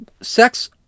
Sex